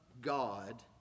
God